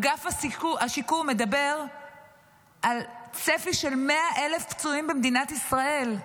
אגף השיקום מדבר על צפי של 100,000 פצועים במדינת ישראל,